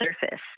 surface